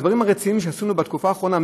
בדברים הרציניים שעשינו בתקופה האחרונה,